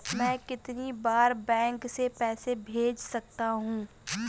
मैं कितनी बार बैंक से पैसे भेज सकता हूँ?